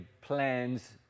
plans